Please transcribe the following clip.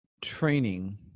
training